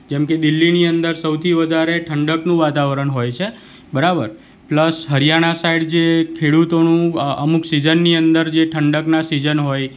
જેમ કે દિલ્હીની અંદર સૌથી વધારે ઠંડકનું વાતાવરણ હોય છે બરાબર પ્લસ હરિયાણા સાઈડ જે ખેડૂતોનું અમુક સિઝનની અંદર જે ઠંડકના સિજન હોય